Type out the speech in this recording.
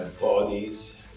bodies